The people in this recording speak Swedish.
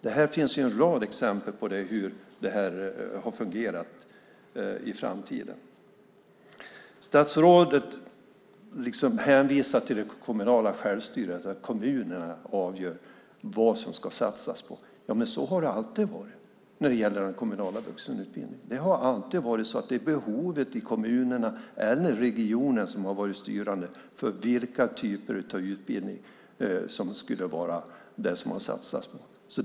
Det finns en rad exempel på hur det har fungerat. Statsrådet hänvisar till det kommunala självstyret och till att kommunerna avgör vad man ska satsa på. Så har det ju alltid varit när det gäller den kommunala vuxenutbildningen. Det har alltid varit behovet i kommunerna eller regionen som har varit styrande för vilka typer av utbildning man satsar på.